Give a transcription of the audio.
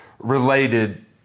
related